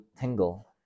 tingle